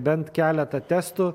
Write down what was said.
bent keletą testų